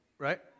right